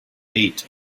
date